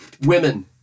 Women